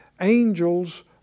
angels